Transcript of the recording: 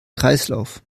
kreislauf